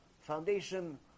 Foundation